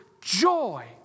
joy